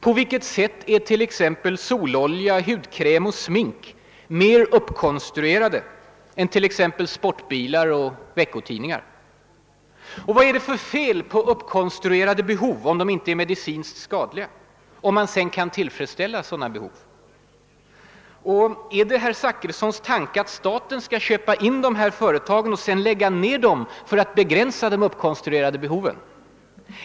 På vilket sätt är t.ex. sololja, hudkräm och smink mer »uppkonstruerade» än t.ex. sportbilar och veckotidningar? Och vad är det för fel på »uppkonstruerade behov» — om de inte är medicinskt skadliga — om man sedan kan tillfredsställa sådana behov? Och är det herr Zachrissons tanke att staten skall köpa in de här företagen och sedan lägga ned dem för att begränsa de »uppkonstruerade behoven»?